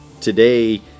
today